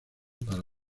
para